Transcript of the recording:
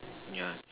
yeah